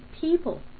people